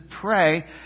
pray